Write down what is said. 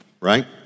right